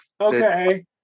Okay